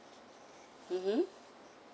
mmhmm